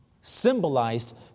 symbolized